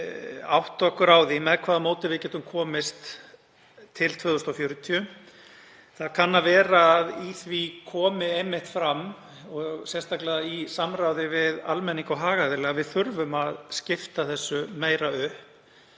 átta okkur á því með hvaða móti við getum komist til 2040. Það kann að vera að í því komi einmitt fram, og sérstaklega í samráði við almenning og hagaðila, að við þurfum að skipta þessu meira upp.